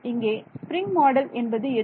இங்கே spring model என்பது எது